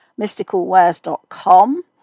mysticalwares.com